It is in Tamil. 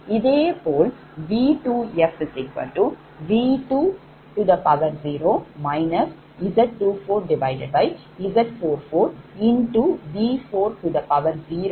இதேபோல் V2fV20 Z24Z44V401